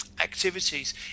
activities